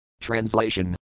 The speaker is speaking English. Translation